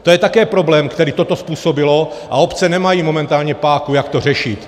To je také problém, který toto způsobilo, a obce nemají momentálně páku, jak to řešit.